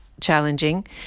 challenging